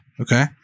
okay